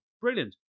Brilliant